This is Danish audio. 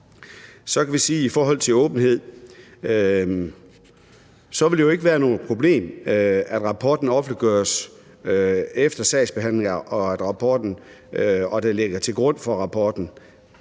I forhold til åbenhed vil det jo ikke være noget problem, at rapporten offentliggøres efter sagsbehandling og det, der ligger til grund for